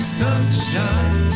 sunshine